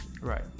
Right